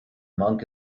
monk